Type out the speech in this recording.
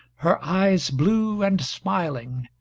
her eyes blue and smiling,